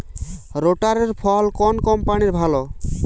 রোটারের ফল কোন কম্পানির ভালো?